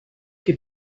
que